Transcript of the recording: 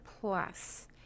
plus